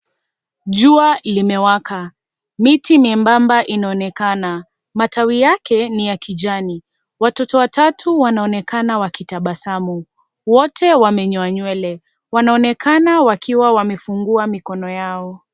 Jua limewaka . Miti miembamba inaonekana , matawi yake ni ya kijani. Watoto watatu wanaonekana wakitabasamu , wote wamenyoa nywele wanaonekana wakiwa wamefungua mikono yao.